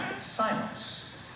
silence